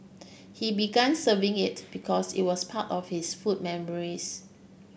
he began serving it because it was part of his food memories